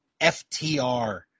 FTR